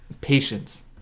patience